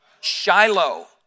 Shiloh